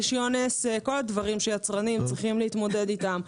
רישיון עסק כל הדברים שיצרנים צריכים להתמודד איתם,